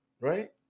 right